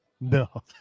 no